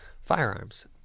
firearms